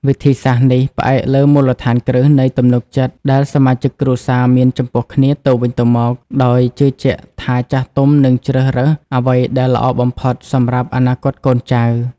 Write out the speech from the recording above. វិធីសាស្រ្តនេះផ្អែកលើមូលដ្ឋានគ្រឹះនៃទំនុកចិត្តដែលសមាជិកគ្រួសារមានចំពោះគ្នាទៅវិញទៅមក ដោយជឿជាក់ថាចាស់ទុំនឹងជ្រើសរើសអ្វីដែលល្អបំផុតសម្រាប់អនាគតកូនចៅ។